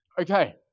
Okay